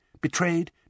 Betrayed